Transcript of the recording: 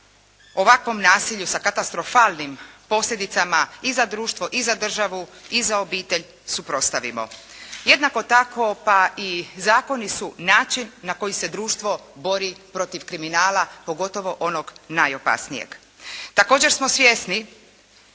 ovakvom nasilju sa katastrofalnim posljedicama i za društvo i za državu i za obitelj suprotstavimo. Jednako tako, pa i zakoni su način na koji se društvo bori protiv kriminala, pogotovo onog najopasnijeg. Također smo svjesni